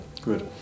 Good